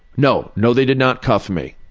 no, no they did not cuff me.